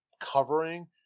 covering